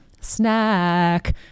snack